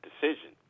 decision